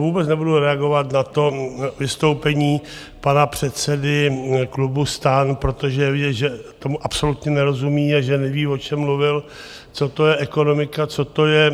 Vůbec nebudu reagovat na to vystoupení pana předsedy klubu STAN, protože je vidět, že tomu absolutně nerozumí a že neví, o čem mluvil, co to je ekonomika, co to je